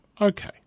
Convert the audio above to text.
Okay